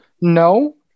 No